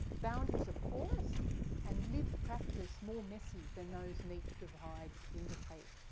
boundaries are porous and lived practice more messy than those neat divides indicate.